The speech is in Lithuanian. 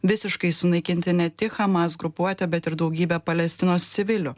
visiškai sunaikinti ne tik hamas grupuotę bet ir daugybę palestinos civilių